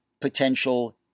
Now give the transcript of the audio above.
potential